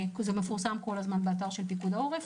זה מפורסם כל הזמן באתר של פיקוד העורף.